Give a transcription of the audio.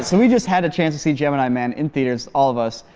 so we just had a chance to see gemini man in theaters, all of us,